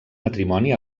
matrimoni